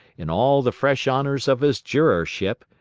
in all the fresh honors of his jurorship,